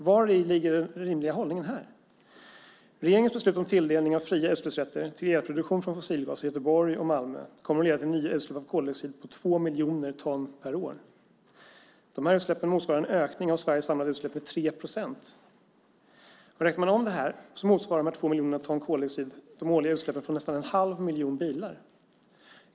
Vari ligger den rimliga hållningen här? Regeringens beslut om tilldelning av fria utsläppsrätter till elproduktion från fossilgas i Göteborg och Malmö kommer att leda till nya utsläpp av koldioxid på två miljoner ton per år. De här utsläppen motsvarar en ökning av Sveriges samlade utsläpp med 3 procent. Räknar man om det här så motsvarar de två miljonerna ton koldioxid de årliga utsläppen från nästan en halv miljon bilar.